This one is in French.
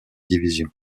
division